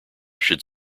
should